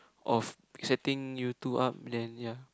of setting you two up then ya